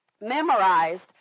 memorized